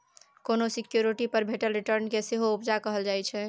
कोनो सिक्युरिटी पर भेटल रिटर्न केँ सेहो उपजा कहल जाइ छै